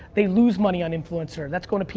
they lose money on influencer. that's going to pr.